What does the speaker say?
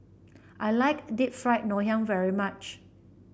I like Deep Fried Ngoh Hiang very much